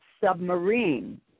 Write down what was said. submarine